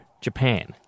Japan